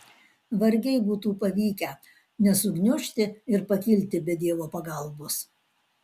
vargiai būtų pavykę nesugniužti ir pakilti be dievo pagalbos